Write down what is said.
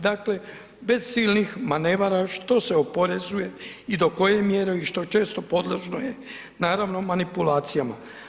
Dakle, bez silnih manevara što se oporezuje i do koje mjere i što često podložno je naravno, manipulacijama.